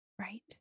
Right